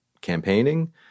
campaigning